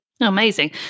Amazing